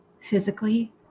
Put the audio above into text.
physically